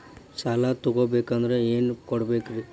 ಸಾಲ ತೊಗೋಬೇಕಂದ್ರ ಏನೇನ್ ಕೊಡಬೇಕ್ರಿ?